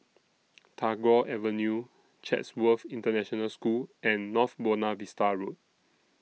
Tagore Avenue Chatsworth International School and North Buona Vista Road